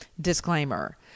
Disclaimer